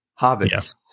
Hobbits